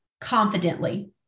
confidently